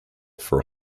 for